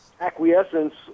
acquiescence